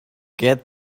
get